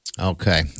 Okay